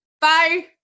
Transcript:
Bye